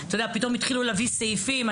פתאום התחילו להביא סעיפים.